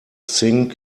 sink